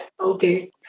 Okay